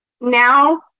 now